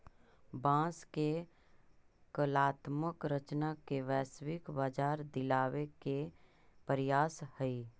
बाँस के कलात्मक रचना के वैश्विक बाजार दिलावे के प्रयास हई